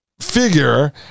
figure